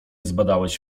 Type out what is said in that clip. zbadałeś